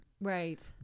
right